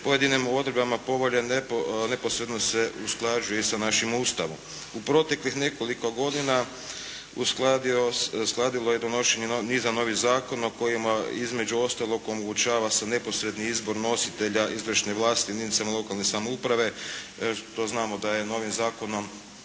Pojedinim odredbama neposredno se usklađuje i sa našim Ustavom. U proteklih nekoliko godina uskladilo je donošenje niza novih zakona kojima između ostalog omogućava se neposredni izbor nositelja izvršne vlasti jedinicama lokalne samouprave. To znamo da je novim Zakonom